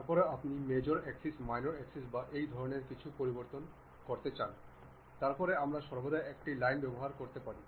তারপরে আপনি major axis minor এক্সিসবা এই ধরণের কিছু পরিবর্তন করতে চান তারপরে আমরা সর্বদা একটি লাইন ব্যবহার করতে পারি